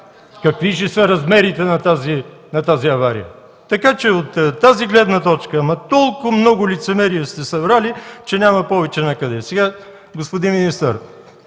какви ще са размерите на тази авария? Така че от тази гледна точка, ама толкова много лицемерие сте събрали, че няма повече накъде! Господин министър,